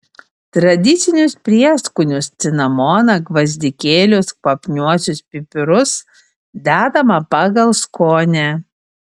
tradicinius prieskonius cinamoną gvazdikėlius kvapniuosius pipirus dedama pagal skonį